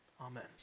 Amen